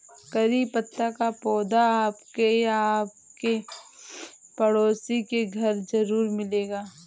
करी पत्ता का पौधा आपके या आपके पड़ोसी के घर ज़रूर मिलेगा